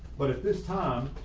but at this time,